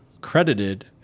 credited